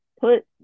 put